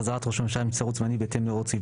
'חזרת ראש הממשלה מנבצרות זמנית בהתאם להוראות סעיף